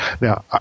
Now